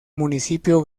municipio